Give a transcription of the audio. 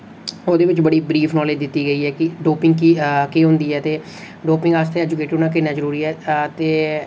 ओह्दे बिच बड़ी ब्रीफ नालेज दित्ती गेई ऐ कि डोपिंग कि केह् होंदी ऐ ते डोपिंग आस्तै एजुकेटेड होना किन्ना जरुरी ऐ ते